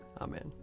Amen